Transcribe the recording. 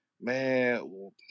man